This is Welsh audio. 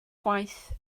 gwaith